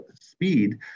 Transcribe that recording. speed